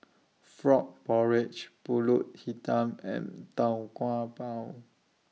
Frog Porridge Pulut Hitam and Tau Kwa Pau